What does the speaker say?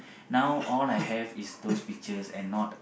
now all I have is those pictures and not